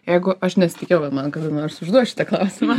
jeigu aš nesitikėjau kad man kada nors užduos šitą klausimą